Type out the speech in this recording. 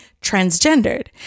transgendered